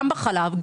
גם בחלב,